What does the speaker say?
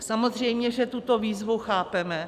Samozřejmě že tuto výzvu chápeme.